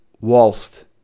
whilst